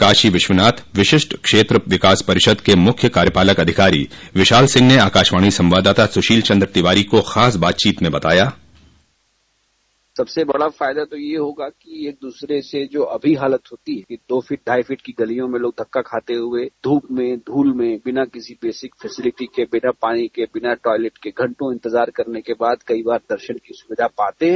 काशी विश्वनाथ विशिष्ट क्षेत्र विकास परिषद के मुख्य कार्यपालक अधिकारी विशाल सिंह ने आकाशवाणी संवाददाता सुशील चन्द्र तिवारी को ख़ास बातचोत में बताया बाइट सबसे बड़ा फायदा तो यह होगा कि एक द्रसरे के जो सभी हालत होती है कि दो फिट ढाई फिट की गलियों में लोग धक्का खाते हुए धूप में धूल में बिना किसी बेसिक फैसिलिटी के बिना पानी के बिना टॉयलेट के घण्टों इंतजार करने के बाद दर्शन की सुविधा पाते हैं